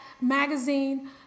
magazine